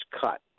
cut